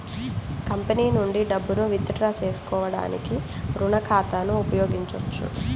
company నుండి డబ్బును withdraw చేసుకోవడానికి రుణ ఖాతాను ఉపయోగించొచ్చు